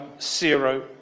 zero